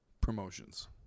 promotions